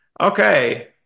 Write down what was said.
okay